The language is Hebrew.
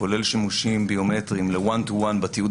כולל שימושים ביומטריים ל- one to one בתיעוד